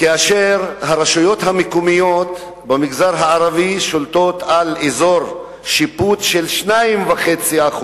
כאשר הרשויות המקומיות במגזר הערבי שולטות על אזור שיפוט של 2.5%,